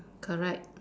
correct